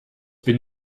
bin